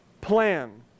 plan